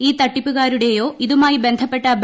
ഈ തട്ടിപ്പുക്കാരുടെയോ ഇതുമായി ബന്ധപ്പെട്ടു